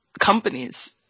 companies